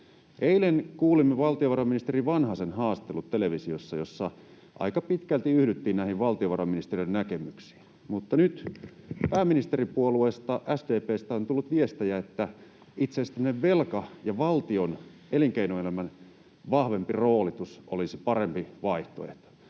televisiosta valtiovarainministeri Vanhasen haastattelun, jossa aika pitkälti yhdyttiin näihin valtiovarainministeriön näkemyksiin. Mutta nyt pääministeripuolueesta SDP:stä on tullut viestejä, että itse asiassa velka ja valtion ja elinkeinoelämän vahvempi roolitus olisi parempi vaihtoehto.